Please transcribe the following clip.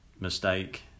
mistake